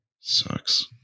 Sucks